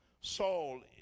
Saul